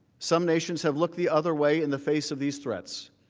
some nations have looked the other way in the face of these threats.